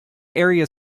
area